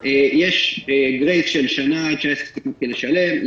יש גרייס של שנה עד שהעסק מתחיל לשלם.